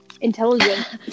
Intelligent